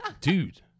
Dude